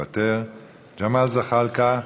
מוותר, ג'מאל זחאלקה,